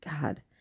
God